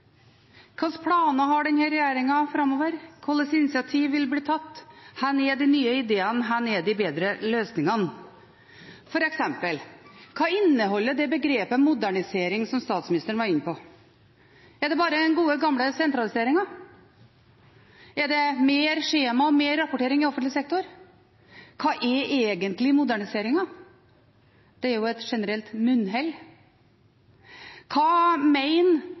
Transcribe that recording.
Hvilke planer har denne regjeringen framover? Hvilke initiativ vil bli tatt? Hvor er de nye ideene? Hvor er de bedre løsningene? For eksempel: Hva inneholder begrepet «modernisering», som statsministeren var inne på? Er det bare den gode, gamle sentraliseringen? Er det flere skjema, mer rapportering i offentlig sektor? Hva er egentlig moderniseringen? Det er jo et generelt munnhell. Hva mener